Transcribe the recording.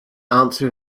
answer